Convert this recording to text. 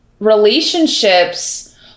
relationships